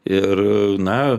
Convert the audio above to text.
ir na